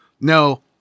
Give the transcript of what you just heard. No